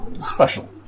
special